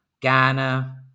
Ghana